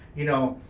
you know,